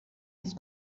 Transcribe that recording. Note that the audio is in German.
jetzt